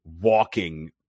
walking